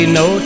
no